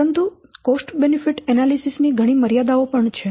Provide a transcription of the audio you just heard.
પરંતુ cost benefit analysis ની ઘણી મર્યાદાઓ પણ છે